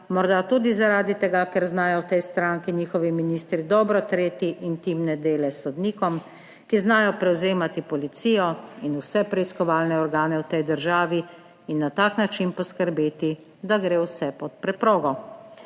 morda tudi zaradi tega, ker znajo v tej stranki njihovi ministri dobro treti intimne dele sodnikom, ker znajo prevzemati policijo in vse preiskovalne organe v tej državi in na tak način poskrbeti, da gre vse pod preprogo.